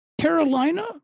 Carolina